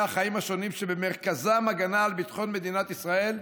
החיים השונים שבמרכזם הגנה על ביטחון מדינת ישראל,